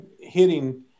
hitting